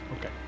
Okay